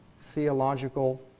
theological